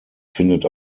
findet